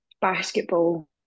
basketball